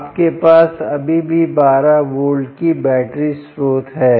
आपके पास अभी भी 12 वोल्ट की बैटरी स्रोत है